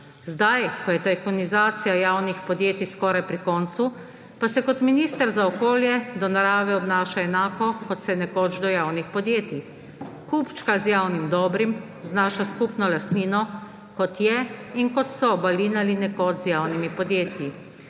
Zdaj, ko je tajkunizacija javnih podjetij skoraj pri koncu, pa se kot minister za okolje do narave obnaša enako, kot se je nekoč do javnih podjetij. Kupčka z javnim dobrim, z našo skupno lastnino, kot je in kot so balinali nekoč z javnimi podjetji.